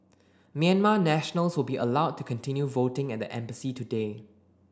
Myanmar nationals will be allowed to continue voting at the embassy today